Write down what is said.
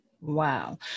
Wow